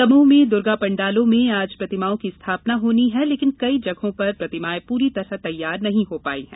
दमोह में दुर्गा पाण्डालों में आज प्रतिमाओं की स्थापना होनी है लेकिन कई जगहों पर प्रतिमाएं पूरी तरह तैयार नहीं हो पाई हैं